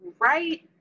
right